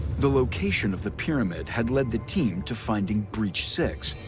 the location of the pyramid had led the team to finding breach six